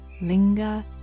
linger